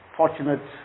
fortunate